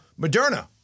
Moderna